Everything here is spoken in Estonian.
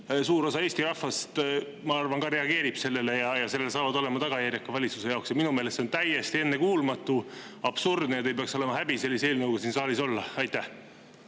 suur osa Eesti rahvast, ma arvan, ka reageerib sellele ja sellel saavad olema tagajärjed ka valitsusele. Minu meelest see on täiesti ennekuulmatu, absurdne, ja teil peaks olema häbi sellise eelnõuga siin saalis olla. Aitäh,